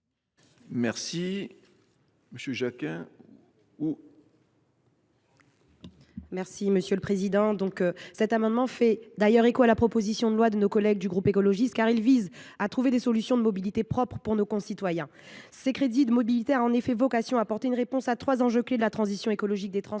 est à Mme Audrey Bélim. Avec cet amendement, nous nous faisons l’écho de la proposition de loi de nos collègues du groupe écologiste, puisqu’il vise à trouver des solutions de mobilité propres pour nos concitoyens. Ces crédits de mobilité ont en effet vocation à apporter une réponse à trois enjeux clés de la transition écologique des transports